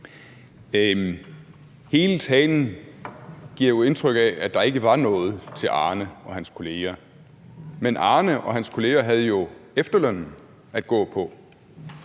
Hele talen giver indtryk af, at der ikke var noget til Arne og hans kolleger, men Arne og hans kolleger havde jo efterlønnen at gå på.